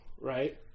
right